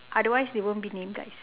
otherwise they won't be near guys